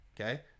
okay